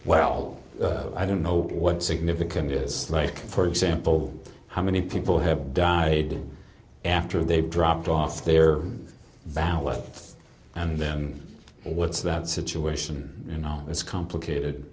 well i don't know what significant is like for example how many people have died after they've dropped off their balance and then what's that situation and it's complicated